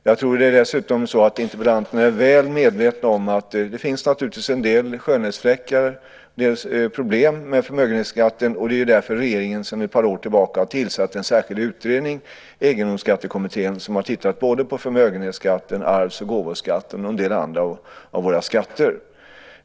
Dessutom tror jag att interpellanterna är väl medvetna om att det, naturligtvis, finns en del skönhetsfläckar och problem med förmögenhetsskatten. Det är därför som regeringen för ett par år sedan tillsatte en särskild utredning, Egendomsskattekommittén, som tittat närmare på både förmögenhetsskatten och arvs och gåvoskatten men också på en del andra av våra skatter.